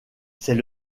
c’est